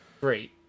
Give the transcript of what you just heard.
Great